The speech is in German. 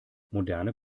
moderne